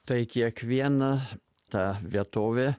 tai kiekviena ta vietovė